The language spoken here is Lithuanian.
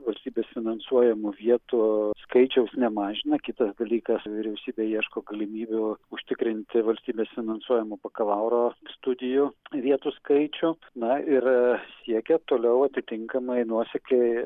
valstybės finansuojamų vietų skaičiaus nemažina kitas dalykas vyriausybė ieško galimybių užtikrinti valstybės finansuojamų bakalauro studijų vietų skaičių na ir siekia toliau atitinkamai nuosekliai